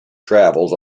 travels